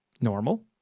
normal